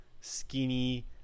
skinny